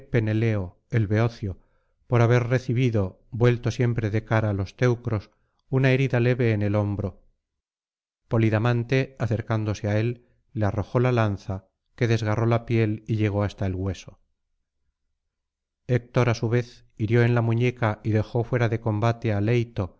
el beocio por haber recibido vuelto siempre de cara á los teucros una herida leve en el hombro polidamante acercándose á él le arrojó la lanza que desgarró la piel y llegó hasta el hueso héctor á su vez hirió en la muñeca y dejó fuera de combate á